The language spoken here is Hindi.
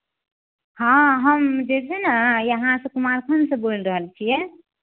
हाँ हम जे है ना यहाँ से कुमारखंड से बोल रहल छियै